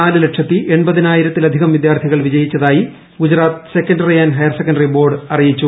നാല് ലക്ഷത്തി എൺപതിനായിരം വിദ്യാർത്ഥികൾ വിജയിച്ചതായി Gujarat secondary and higher secondary board അറിയിച്ചു